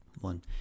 one